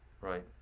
right